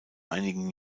einigen